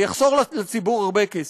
זה יחסוך לציבור הרבה כסף.